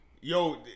Yo